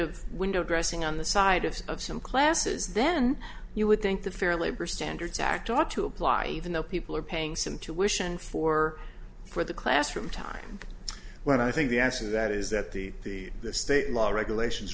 of window dressing on the side of of some classes then you would think the fair labor standards act ought to apply even though people are paying some tuition for for the classroom time when i think the answer to that is that the the state law regulations